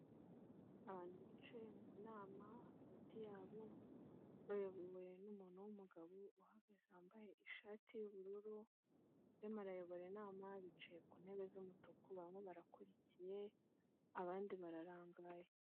Abantu bicaye mu nama hagati yabo bayobowe n'umuntu w'umugabo uhagaze wambaye ishati y'ubururu arimo arayobora inama, bicaye ku ntebe z'umutuku, bamwe barakurikiye abandi bararangaye.